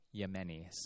Yemenis